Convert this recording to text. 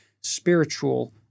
spiritual